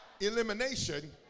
elimination